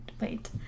wait